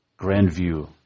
Grandview